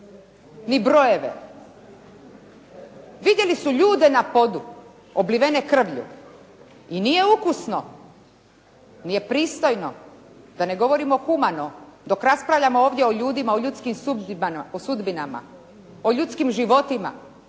ni brojeve vidjeli su ljude na podu oblivene krvlju i nije ukusno, nije pristojno da ne govorimo humano dok raspravljamo ovdje o ljudima, o ljudskim sudbinama, o ljudskim životima,